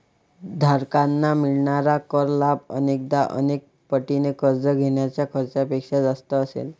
धारकांना मिळणारा कर लाभ अनेकदा अनेक पटीने कर्ज घेण्याच्या खर्चापेक्षा जास्त असेल